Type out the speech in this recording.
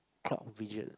clock widget